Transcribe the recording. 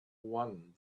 one